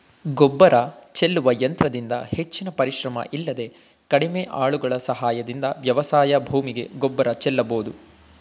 ಗೊಬ್ಬರ ಚೆಲ್ಲುವ ಯಂತ್ರದಿಂದ ಹೆಚ್ಚಿನ ಪರಿಶ್ರಮ ಇಲ್ಲದೆ ಕಡಿಮೆ ಆಳುಗಳ ಸಹಾಯದಿಂದ ವ್ಯವಸಾಯ ಭೂಮಿಗೆ ಗೊಬ್ಬರ ಚೆಲ್ಲಬೋದು